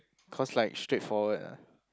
cause like straightforward ah